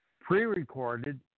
pre-recorded